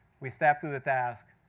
we stepped to the task.